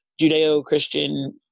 Judeo-Christian